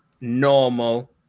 normal